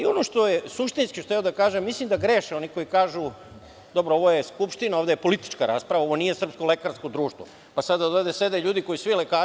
Ono suštinski što hoću da kažem, mislim da greše oni koji kažu, ovo je Skupština, ovde je politička rasprava, ovo nije Srpsko lekarsko društvo, pa da sada ovde sede ljudi koji su svi lekari.